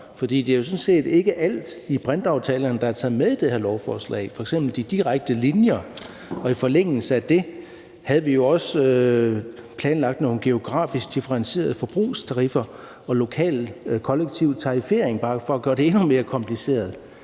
for det er sådan set ikke alt i brintaftalerne, der er taget med i det her lovforslag, f.eks. de direkte linjer. Og i forlængelse af det havde vi jo også planlagt nogle geografisk differentierede forbrugstariffer og lokal kollektiv tarifering, bare for at gøre det endnu mere kompliceret.